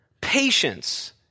patience